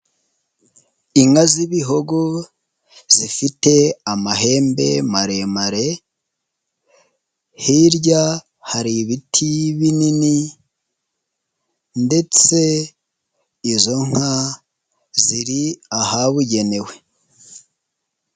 Inka z'ibihogo zifite amahembe maremare, hirya hari ibiti binini ndetse izo nka ziri ahabugenewe.